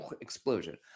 Explosion